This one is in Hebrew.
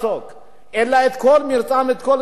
אלא את כל מרצם ואת כל זמנם הם רוצים,